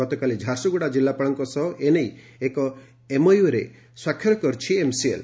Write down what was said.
ଗତକାଲି ଝାରସୁଗୁଡ଼ା ଜିଲ୍ଲାପାଳଙ୍କ ସହ ଏନେଇ ଏକ ଏମ୍ଓୟୁରେ ସ୍ୱାକ୍ଷର କରିଛି ଏମ୍ସିଏଲ୍